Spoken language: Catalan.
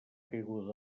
caiguda